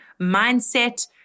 mindset